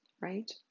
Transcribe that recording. Right